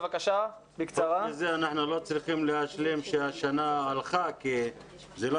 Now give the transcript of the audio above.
אנחנו לא צריכים להשלים עם זה שהשנה הלכה כי זה לא